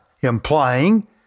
implying